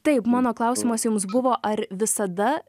taip mano klausimas jums buvo ar visada